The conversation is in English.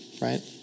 Right